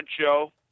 show